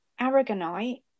aragonite